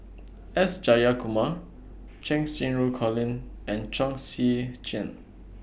S Jayakumar Cheng Xinru Colin and Chong Tze Chien